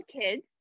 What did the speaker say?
kids